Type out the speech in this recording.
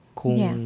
kung